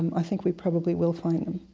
and i think we probably will find them.